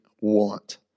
want